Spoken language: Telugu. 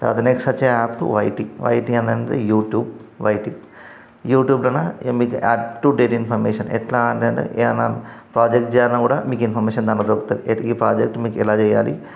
తర్వాత నెక్స్ట్ వచ్చే యాప్ వైటీ అనగా యూట్యూబ్ వైటీ యూట్యూబ్లో ఇక మీకు అప్ టు డేట్ ఇన్ఫర్మేషన్ ఎట్లా అనేది ఏదన్న ప్రాజెక్ట్ చేయాలన్న కూడా మీకు ఇన్ఫర్మేషన్ దాంట్లో దొరుకుతుంది ఈ ప్రాజెక్ట్ మీకు ఎలా చేయాలి